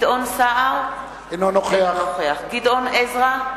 גדעון סער, אינו נוכח גדעון עזרא,